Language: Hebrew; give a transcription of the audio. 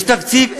יש תקציב,